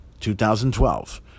2012